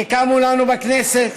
שקמו לנו בכנסת,